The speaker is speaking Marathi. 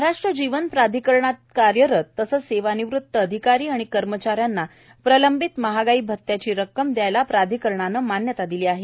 महाराष्ट्र जीवन प्राधिकरणातल्या कार्यरत तसेच सेवानिवृत्त अधिकारी आणि कर्मचाऱ्यांना प्रलंबित महागाई भत्त्याची रक्कम द्यायला प्राधिकारणानं मान्यता दिली आहे